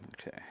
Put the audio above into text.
Okay